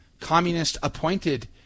communist-appointed